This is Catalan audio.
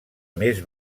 més